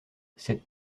cette